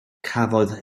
cafodd